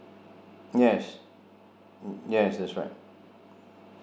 yes mm yes that's right